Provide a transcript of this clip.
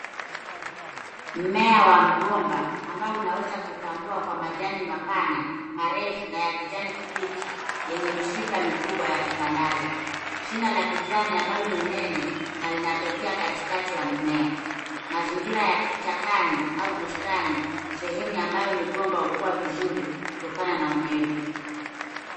Mmea wa mgomba ambao unaweza kutambua kwa majani mapana marefu na ya kijani kibichi yenye mishipa mikubwa ya kutangaza shina la kijani ambalo ni nene na linatokea katikati ya mmea. Mazingira ya kichakani au bustani sehemu ambayo migomba hukuwa vizuri kutokana na unyevu.